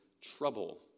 trouble